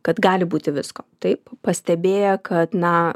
kad gali būti visko taip pastebėję kad na